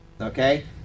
okay